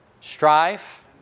Strife